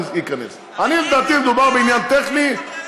ודיברתי על זה ביום שני,